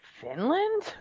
Finland